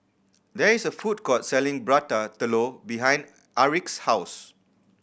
there is a food court selling Prata Telur behind Aric's house